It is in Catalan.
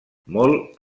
molt